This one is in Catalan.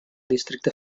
districte